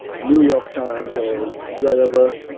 new york times or wherever